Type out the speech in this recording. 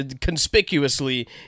conspicuously